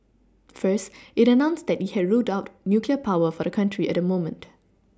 first it announced that it had ruled out nuclear power for the country at the moment